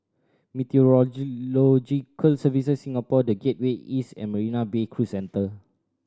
Meteorological Services Singapore The Gateway East and Marina Bay Cruise Centre